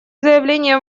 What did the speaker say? заявление